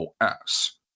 OS